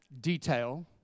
detail